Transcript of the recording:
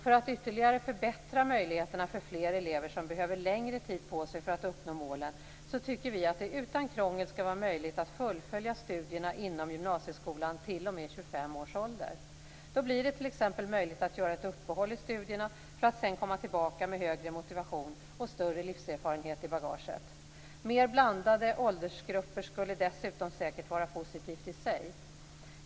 För att ytterligare förbättra möjligheterna för fler elever som behöver längre tid på sig för att uppnå målen tycker vi att det utan krångel skall vara möjligt att fullfölja studierna inom gymnasieskolan t.o.m. 25 års ålder. Då blir det t.ex. möjligt att göra ett uppehåll i studierna, för att sedan komma tillbaka med högre motivation och större livserfarenhet i bagaget. Mer blandade åldersgrupper skulle dessutom säkert vara positivt i sig.